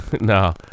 no